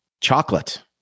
Chocolate